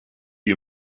you